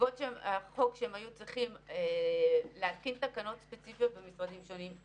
בעקבות החוק הם היו צריכים להתקין תקנות ספציפיות במשרדים שונים.